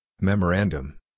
Memorandum